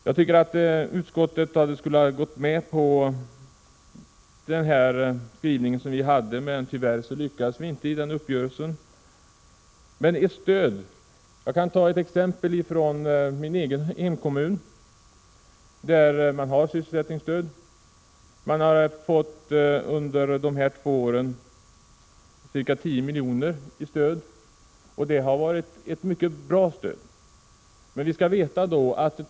Jag tycker att utskottet skulle ha gått med på den skrivning vi hade, men tyvärr lyckades vi inte åstadkomma en sådan uppgörelse. Jag kan ta ett exempel från min egen hemkommun, där man har sysselsättningsstöd. Under dessa två år har man fått ca 10 milj.kr. i stöd. Det har varit ett mycket bra stöd.